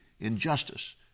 injustice